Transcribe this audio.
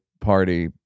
party